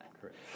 correct